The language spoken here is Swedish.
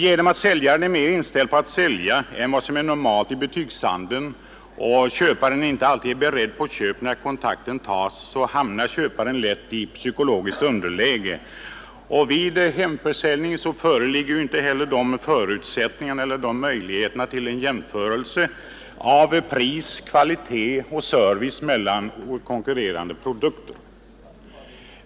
Genom att säljaren är mer inställd på att sälja än vad som är normalt i butikshandeln och köparen inte alltid är beredd på köp när kontakten tas hamnar köparen lätt i psykologiskt underläge. Vid hemförsäljning föreligger inte heller möjligheter till en jämförelse av pris, kvalitet och service mellan konkurrerande produkter.